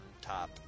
top